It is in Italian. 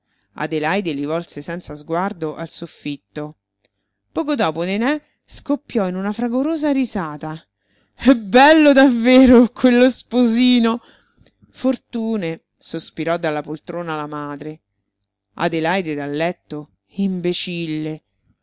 li volse senza sguardo al soffitto poco dopo nené scoppiò in una fragorosa risata bello davvero oh quello sposino fortune sospirò dalla poltrona la madre adelaide dal letto imbecille